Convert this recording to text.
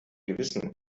gewissen